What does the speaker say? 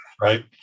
right